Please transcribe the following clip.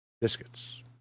biscuits